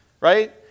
right